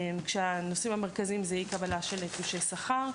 כשהנושאים המרכזיים זה אי קבלה של תלושי שכר,